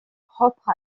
propre